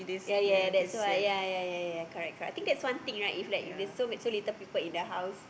yea yea that's why yea yea yea yea yea correct correct I think that's one thing right if like if there's so many so little people in the house